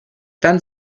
dann